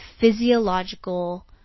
physiological